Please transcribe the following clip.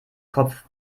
kopf